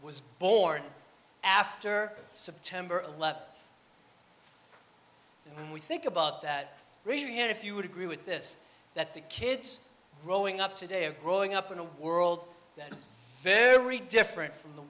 was born after september eleventh and we think about that reading it if you would agree with this that the kids growing up today are growing up in a world that is very different from the